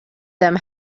them